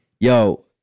Yo